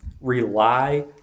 rely